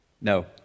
No